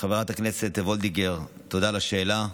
חברת הכנסת וולדיגר, תודה על השאלה החשובה.